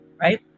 right